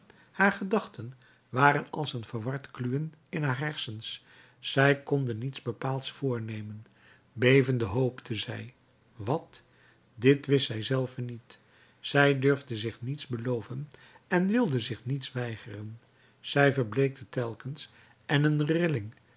haar gedachten waren als een verward kluwen in haar hersens zij konde niets bepaalds voornemen bevende hoopte zij wat dit wist zij zelve niet zij durfde zich niets beloven en wilde zich niets weigeren zij verbleekte telkens en een rilling